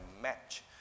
match